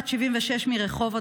בת 67 מרחובות,